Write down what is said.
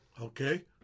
Okay